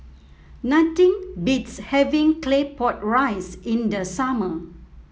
nothing beats having Claypot Rice in the summer